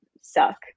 suck